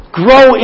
grow